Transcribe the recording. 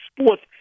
sports